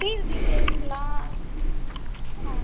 fees டீட்டைல்ஸ்லாம் ஆ